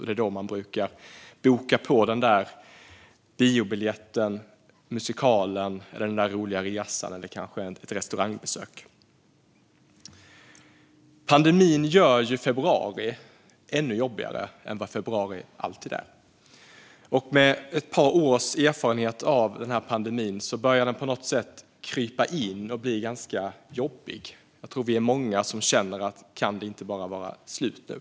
Det är då man brukar boka biobiljetten, musikalbiljetten, den roliga resan eller kanske ett restaurangbesök. Pandemin gör februari ännu jobbigare än vad februari alltid är. Med ett par års erfarenhet av pandemin börjar den på något sätt krypa in och bli ganska jobbig. Jag tror att vi är många som känner: Kan det inte bara vara slut nu?